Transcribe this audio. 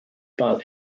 but